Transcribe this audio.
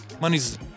Money's